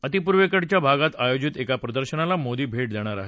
अतिपूर्वेकडच्या भागात आयोजित एका प्रदर्शनाला मोदी भेट देणार आहेत